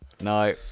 no